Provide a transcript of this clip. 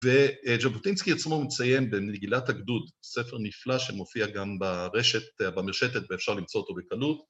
וז'בוטינסקי עצמו מציין במגילת הגדוד, ספר נפלא שמופיע גם ברשת, במרשתת ואפשר למצוא אותו בקלות